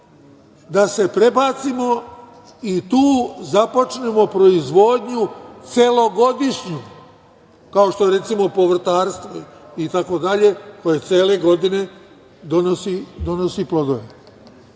da se prebacimo i tu započnemo proizvodnju celogodišnju, kao što je recimo povrtarstvo, to cele godine donosi plodove. Ja